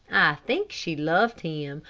think she loved him,